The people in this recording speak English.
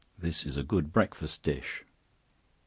this is a good breakfast dish.